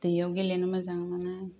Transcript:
दैयाव गेलेनो मोजां मोनो